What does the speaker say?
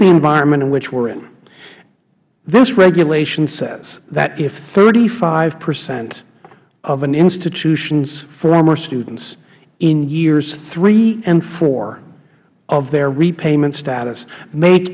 the environment in which we are in this regulation says that if thirty five percent of an institution's former students in years three and four of their repayment status make